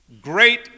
great